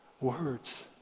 words